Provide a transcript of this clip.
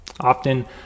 Often